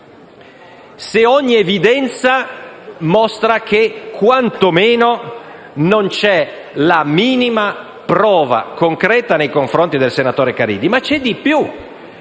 se ogni evidenza mostra che, quanto meno, non c'è la minima prova concreta nei confronti dei senatore Caridi? Ma c'è di più;